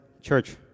church